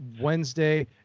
Wednesday